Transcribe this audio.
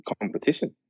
competition